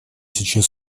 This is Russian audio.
сейчас